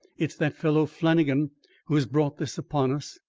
it's that fellow flannagan who has brought this upon us.